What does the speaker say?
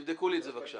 אז תבדקו את זה, בבקשה.